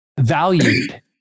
valued